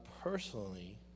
personally